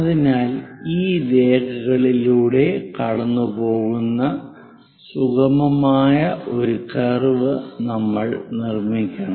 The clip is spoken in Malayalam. അതിനാൽ ഈ രേഖകളിലൂടെ കടന്നുപോകുന്ന സുഗമമായ ഒരു കർവ് നമ്മൾ നിർമ്മിക്കണം